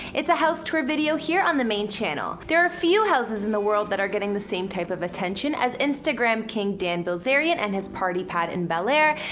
it's a house tour video here on the main channel. there are few houses in the world that are getting the same type of attention as instagram king dan bilzerian and his party pad in bel air,